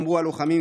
אמרו הלוחמים,